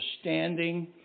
standing